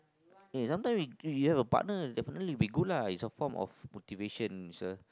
eh sometimes if if you have a partner definitely will be good lah it's a form of motivation it's a